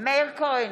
מאיר כהן,